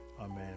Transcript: Amen